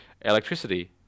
electricity